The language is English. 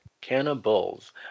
cannibals